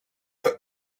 put